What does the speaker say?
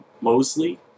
Mosley